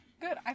Good